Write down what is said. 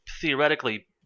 theoretically